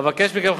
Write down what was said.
אבקש מכם,